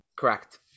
Correct